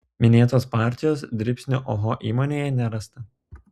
minėtos partijos dribsnių oho įmonėje nerasta